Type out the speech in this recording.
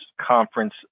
conference